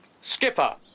Skipper